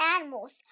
animals